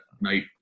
night